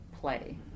play